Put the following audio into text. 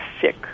Sick